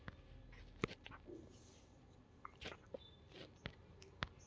ಮೆಕ್ಕಲು ಮಣ್ಣಾಗ ಗೋಧಿ ಬೆಳಿಗೆ ಎಷ್ಟ ಇಳುವರಿ ಪಡಿಬಹುದ್ರಿ?